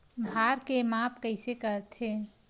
भार के माप कइसे करथे?